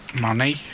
money